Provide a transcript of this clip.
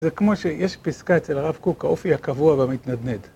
זה כמו שיש פסקה אצל הרב קוק, האופי הקבוע והמתנדנד.